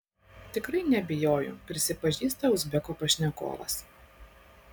tikrai neabejoju prisipažįsta uzbeko pašnekovas